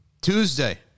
Tuesday